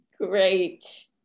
Great